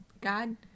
God